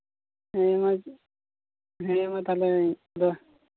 ᱦᱮᱸ ᱢᱟ ᱦᱮᱸ ᱢᱟ ᱛᱟᱦᱚᱞᱮ ᱟᱫᱚ